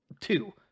two